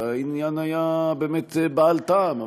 והעניין היה באמת בעל טעם.